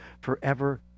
forever